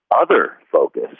other-focus